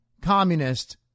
communist